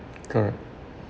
correct